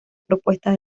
propuesta